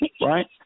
right